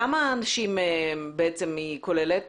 כמה אנשים היא כוללת